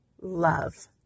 love